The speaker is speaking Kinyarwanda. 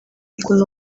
ukuntu